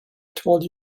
told